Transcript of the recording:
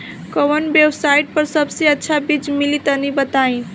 कवन वेबसाइट पर सबसे अच्छा बीज मिली तनि बताई?